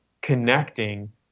connecting